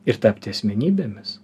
ir tapti asmenybėmis